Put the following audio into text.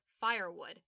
firewood